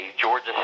Georgia